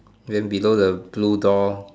then below the blue door